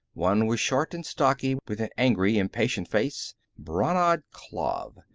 one was short and stocky, with an angry, impatient face brannad klav,